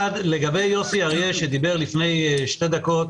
אחד, לגבי יוסי אריה שדיבר לפני שתי דקות